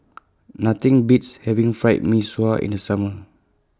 Nothing Beats having Fried Mee Sua in The Summer